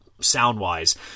sound-wise